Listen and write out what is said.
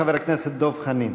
חבר הכנסת דב חנין.